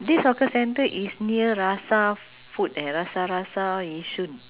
when I went there in the morning it's not open ah actually some of them they open usually it's for lunch